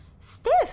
stiff